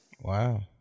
wow